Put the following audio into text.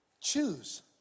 Choose